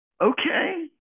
Okay